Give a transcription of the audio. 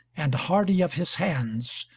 and hardy of his hands,